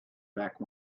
back